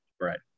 Right